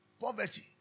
poverty